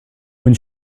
when